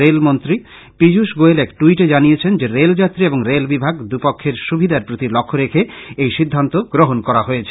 রেলমন্ত্রী পীয়ুষ গোয়েল এক ট্যইটে জানিয়েছেন যে রেল যাত্রী এবং রেল বিভাগ দু পক্ষের সুবিধার প্রতি লক্ষ রেখে এই সিদ্ধান্ত গ্রহন করা হয়েছে